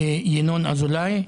ינון אזולאי,